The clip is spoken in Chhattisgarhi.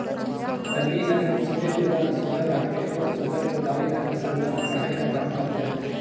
हरदी हर इंसुलिन लेबल ल सुग्घर राखथे अउ सूगर कर दवई कर असर ल बढ़ाए कर काम करथे